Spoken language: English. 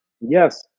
yes